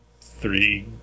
three